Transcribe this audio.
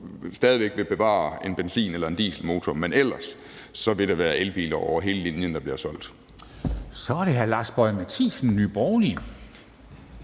stadig væk vil bevare en benzin- eller en dieselmotor, men ellers vil det være elbiler over hele linjen, der bliver solgt. Kl. 10:44 Formanden (Henrik